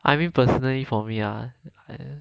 I mean personally for me ah